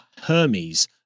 Hermes